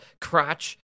crotch